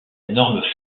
norme